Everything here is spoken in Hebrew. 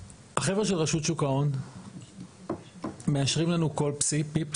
החבר'ה של רשות שוק ההון מאשרים לנו כל פיפס